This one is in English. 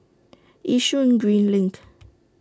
Yishun Green LINK